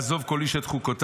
ולעזוב כל איש את חוקותיו".